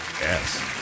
yes